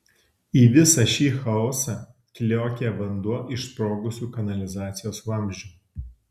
į visą šį chaosą kliokė vanduo iš sprogusių kanalizacijos vamzdžių